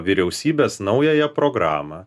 vyriausybės naująją programą